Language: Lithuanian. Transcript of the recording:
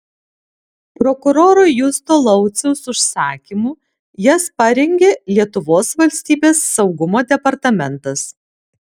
prokuroro justo lauciaus užsakymu jas parengė lietuvos valstybės saugumo departamentas